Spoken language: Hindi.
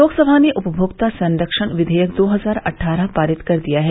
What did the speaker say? लोकसभा ने उपभोक्ता संरक्षण विधेयक दो हजार अट्ठारह पारित कर दिया है